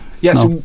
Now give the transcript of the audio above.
Yes